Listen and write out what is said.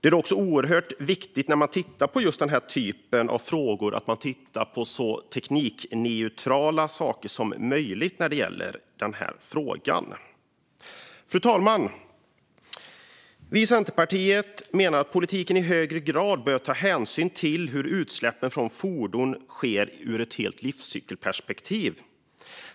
När vi tittar på den här typen av frågor är det också viktigt att vi tittar på så teknikneutrala saker som möjligt. Fru talman! Vi i Centerpartiet menar att politiken i högre grad bör ta hänsyn till hur utsläppen från fordon sker ur ett helt livscykelperspektiv.